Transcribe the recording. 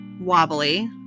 wobbly